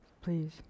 Please